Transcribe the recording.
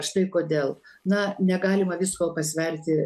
štai kodėl na negalima visko pasverti